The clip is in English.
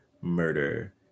murder